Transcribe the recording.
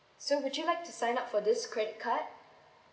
so would you like to sign up for this credit card